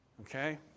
Okay